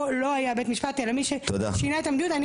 לא היה בית המשפט אלא מי ששינה את המדיניות.